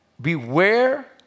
beware